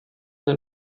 den